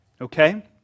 okay